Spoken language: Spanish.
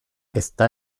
está